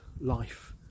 life